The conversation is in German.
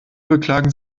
beklagen